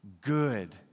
good